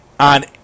On